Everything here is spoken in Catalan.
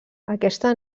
aquesta